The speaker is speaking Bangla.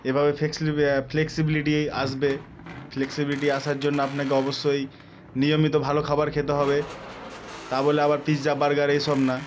এভাবে ফেক্সিলিবে ফ্লেক্সিবিলিটি আসবে ফ্লেক্সিবিলিটি আসার জন্য আপনাকে অবশ্যই নিয়মিত ভালো খাবার খেতে হবে তা বলে আবার পিৎজা বার্গার এসব না